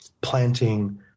Planting